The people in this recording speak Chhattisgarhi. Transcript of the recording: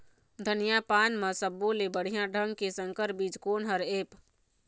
धनिया पान म सब्बो ले बढ़िया ढंग के संकर बीज कोन हर ऐप?